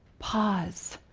pause.